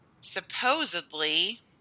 supposedly